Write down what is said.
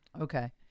Okay